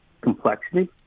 Complexity